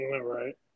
right